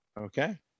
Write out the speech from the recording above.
Okay